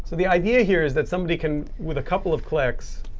so the idea here is that somebody can, with a couple of clicks